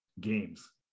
games